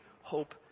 Hope